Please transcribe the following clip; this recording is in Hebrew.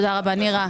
תודה רבה נירה.